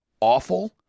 awful